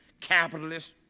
capitalist